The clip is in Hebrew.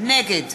נגד